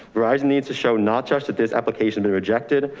verizon needs to show not just at this application and rejected,